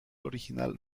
original